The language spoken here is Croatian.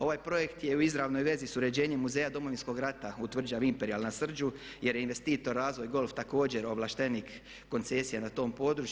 Ovaj projekt je u izravnoj vezi sa uređenjem Muzeja Domovinskog rata u tvrđavi Imperial na Srđu jer je investitor Razvoj golf također ovlaštenik koncesija na tom području.